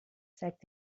zeigt